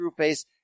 Screwface